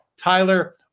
Tyler